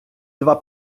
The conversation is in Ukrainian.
два